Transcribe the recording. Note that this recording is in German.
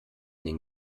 den